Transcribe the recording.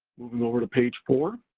moving over to page four,